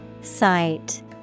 Sight